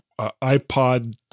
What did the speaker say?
iPod